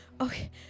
Okay